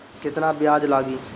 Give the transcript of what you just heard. केतना ब्याज लागी?